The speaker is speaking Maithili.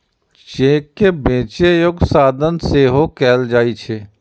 चेक कें बेचै योग्य साधन सेहो कहल जाइ छै